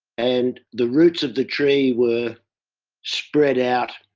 and the roots of the tree were spread out,